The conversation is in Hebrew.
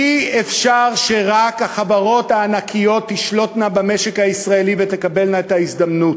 אי-אפשר שרק החברות הענקיות תשלוטנה במשק הישראלי ותקבלנה את ההזדמנות.